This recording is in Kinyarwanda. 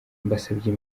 mbasabye